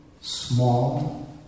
small